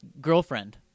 Girlfriend